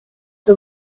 the